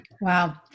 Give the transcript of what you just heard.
Wow